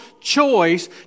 choice